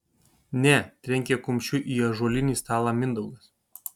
ne trenkė kumščiu į ąžuolinį stalą mindaugas